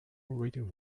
written